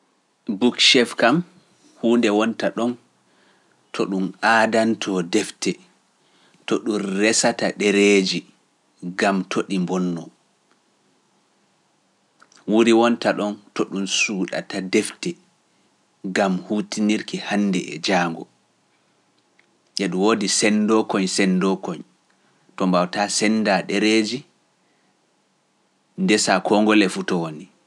Book chef kam huunde wonta ɗon to ɗum aadantoo defte, to ɗum resata ɗereeji, gam to ɗi mbonnoo. Wuri wonta ɗon to ɗum suuɗata defte, gam huutinirki hannde e jaango, yeeɗu woodi senndo koñ senndo koñ, to mbawta sennda ɗereeji, ndesa koo ngol e futa woni.